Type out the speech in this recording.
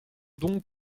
donc